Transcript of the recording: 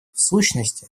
сущности